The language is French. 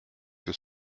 que